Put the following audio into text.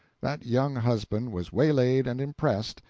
that young husband was waylaid and impressed,